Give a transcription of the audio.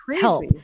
help